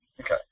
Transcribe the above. Okay